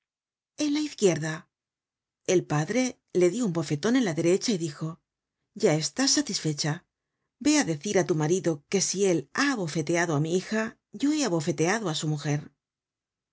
en la iz quierda el padre le dió un bofeton en la derecha y dijo ya estás satisfecha vé á decir á tu marido que si él ha abofeteado á mi hija yo he abofeteado á su mujer